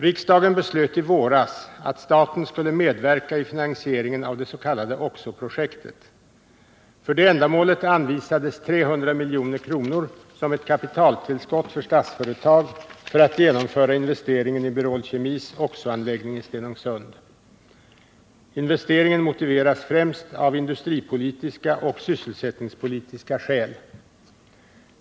Riksdagen beslöt i våras att staten skulle medverka i finansieringen av det s.k. oxo-projektet. För detta ändamål anvisades 300 milj.kr. som ett kapitaltillskott till Statsföretag för att genomföra investeringen i Berol Kemis oxo-anläggning i Stenungsund. Investeringen motiveras främst av industripolitiska och sysselsättningspolitiska skäl.